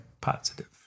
positive